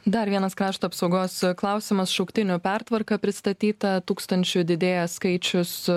dar vienas krašto apsaugos klausimas šauktinių pertvarka pristatyta tūkstančiu didėja skaičius